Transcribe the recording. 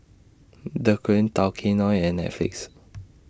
Dequadin Tao Kae Noi and Netflix